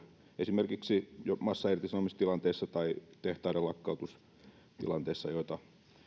esimerkiksi massairtisanomistilanteessa tai tehtaiden lakkautustilanteessa joita